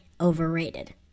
overrated